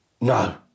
No